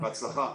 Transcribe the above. בהצלחה.